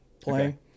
playing